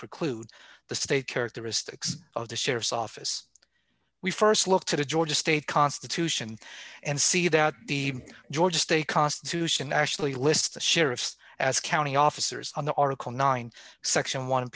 preclude the state characteristics of the sheriff's office we st looked to the georgia state constitution and see that the georgia state constitution actually lists the sheriff's as county officers on the article nine section one